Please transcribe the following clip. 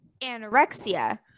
anorexia